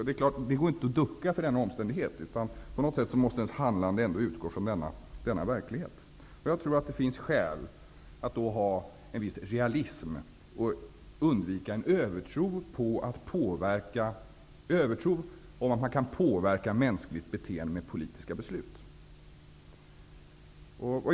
Denna omständighet går inte att ducka för, och man måste utgå från denna verklighet. Det är viktigt att undvika en övertro på att man med politiska beslut kan påverka mänskliga beteenden.